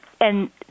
And-